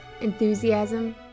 enthusiasm